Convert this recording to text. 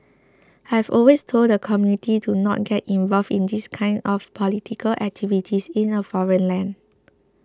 I've always told the community to not get involved in these kinds of political activities in a foreign land